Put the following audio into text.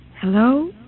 Hello